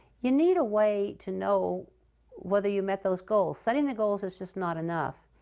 you need a way to know whether you met those goals. setting the goals is just not enough.